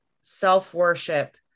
self-worship